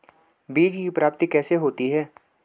बीज की प्राप्ति कैसे होती है?